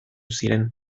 ziren